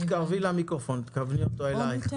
כך היא כותבת: